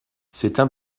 c’était